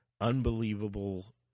unbelievable